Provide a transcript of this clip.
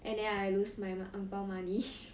and then I lose my ang bao money